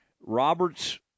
Roberts